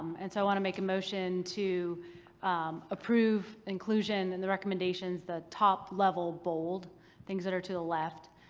and so i want to make a motion to approve inclusion in the recommendations, the top level bold things that are to the left,